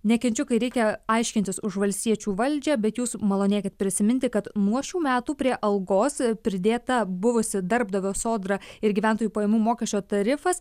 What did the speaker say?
nekenčiu kai reikia aiškintis už valstiečių valdžią bet jūs malonėkit prisiminti kad nuo šių metų prie algos pridėta buvusi darbdavio sodra ir gyventojų pajamų mokesčio tarifas